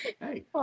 Hey